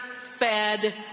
fed